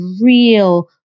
real